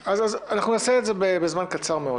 נעשה את זה בזמן קצר מאוד.